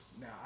Now